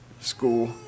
school